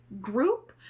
group